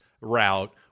route